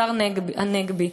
השר הנגבי,